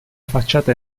facciata